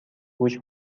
گوش